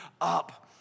up